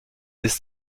ist